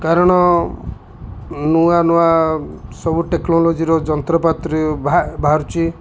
କାରଣ ନୂଆ ନୂଆ ସବୁ ଟେକ୍ନୋଲୋଜିର ଯନ୍ତ୍ରପାତିରେ ବାହାରୁଛି